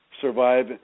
survive